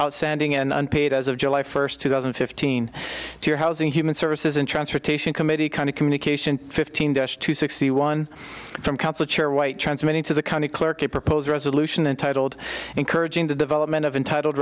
outstanding and unpaid as of july first two thousand and fifteen to your housing human services and transportation committee kind of communication fifteen dash to sixty one from council chair white transmitting to the county clerk a proposed resolution entitled encouraging the development of entitled